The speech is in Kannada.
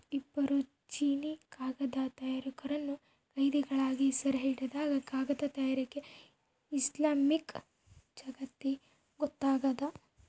ಇಬ್ಬರು ಚೀನೀಕಾಗದ ತಯಾರಕರನ್ನು ಕೈದಿಗಳಾಗಿ ಸೆರೆಹಿಡಿದಾಗ ಕಾಗದ ತಯಾರಿಕೆ ಇಸ್ಲಾಮಿಕ್ ಜಗತ್ತಿಗೊತ್ತಾಗ್ಯದ